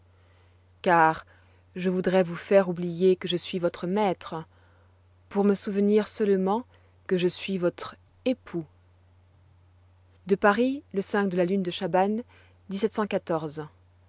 car je voudrois vous faire oublier que je suis votre maître pour me souvenir seulement que je suis votre époux à paris le de la lune de chahban